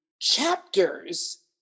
chapters